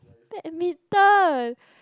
badminton